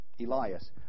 Elias